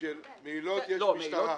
בשביל מעילות יש משטרה.